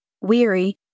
Weary